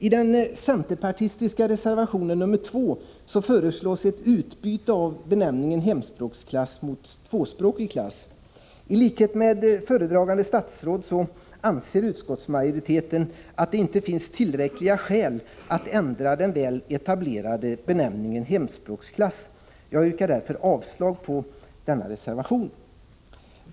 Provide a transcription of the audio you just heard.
I den centerpartistiska reservationen nr 2 föreslås ett utbyte av benämningen hemspråksklass mot benämningen tvåspråkig klass. I likhet med föredragande statsråd anser utskottsmajoriteten att det inte finns tillräckliga skäl att ändra den väl etablerade benämningen hemspråksklass. Jag yrkar således avslag på reservationen.